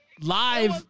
Live